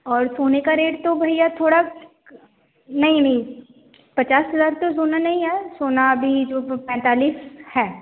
और सोने का रेट तो भैया थोड़ा क नहीं नहीं पचास हज़ार तो सोना नहीं है सोना अभी तो पैंतालीस है